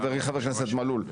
חבר הכנסת מלול,